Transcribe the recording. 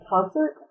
concert